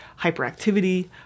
hyperactivity